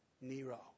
Nero